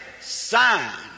sign